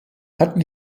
hatten